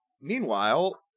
Meanwhile